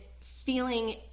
feeling